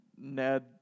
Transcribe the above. Ned